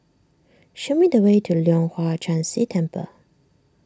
show me the way to Leong Hwa Chan Si Temple